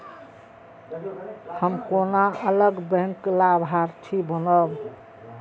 हम केना अलग बैंक लाभार्थी बनब?